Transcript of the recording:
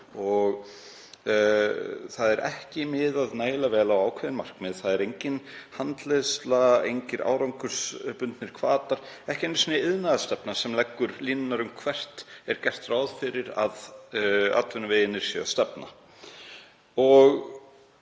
Það er ekki miðað nægilega vel á ákveðin markmið. Það er engin handleiðsla, engir árangursbundnir hvatar, ekki einu sinni iðnaðarstefna sem leggur línurnar um hvert gert er ráð fyrir að atvinnuvegirnir séu að stefna.